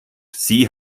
sie